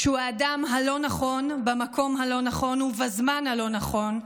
שהוא האדם הלא-נכון במקום הלא-נכון ובזמן הלא-נכון,